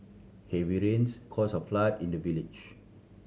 heavy rains caused a flood in the village